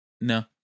No